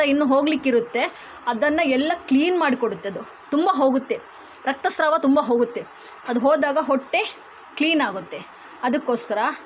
ರಕ್ತ ಇನ್ನೂ ಹೋಗಲಿಕ್ಕಿರುತ್ತೆ ಅದನ್ನು ಎಲ್ಲ ಕ್ಲೀನ್ ಮಾಡಿಕೊಡುತ್ತೆ ಅದು ತುಂಬ ಹೋಗುತ್ತೆ ರಕ್ತಸ್ರಾವ ತುಂಬ ಹೋಗುತ್ತೆ ಅದು ಹೋದಾಗ ಹೊಟ್ಟೆ ಕ್ಲೀನ್ ಆಗುತ್ತೆ ಅದಕ್ಕೋಸ್ಕರ